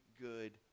good